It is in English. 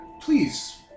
please